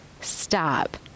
stop